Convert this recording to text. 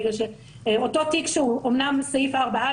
אותו תיק שהוא אומנם סעיף 4א,